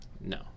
No